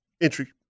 entry